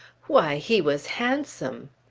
why, he was handsome!